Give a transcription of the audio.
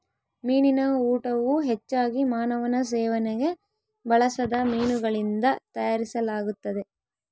ಮೀನಿನ ಊಟವು ಹೆಚ್ಚಾಗಿ ಮಾನವನ ಸೇವನೆಗೆ ಬಳಸದ ಮೀನುಗಳಿಂದ ತಯಾರಿಸಲಾಗುತ್ತದೆ